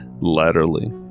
laterally